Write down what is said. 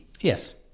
Yes